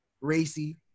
Racy